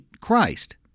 Christ